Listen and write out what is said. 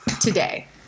today